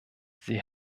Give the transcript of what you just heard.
sie